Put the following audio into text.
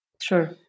Sure